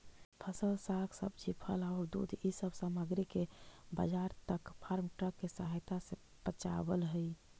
फसल, साग सब्जी, फल औउर दूध इ सब सामग्रि के बाजार तक फार्म ट्रक के सहायता से पचावल हई